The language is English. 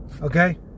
Okay